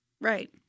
right